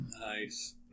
Nice